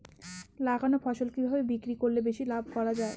লাগানো ফসল কিভাবে বিক্রি করলে বেশি লাভ করা যায়?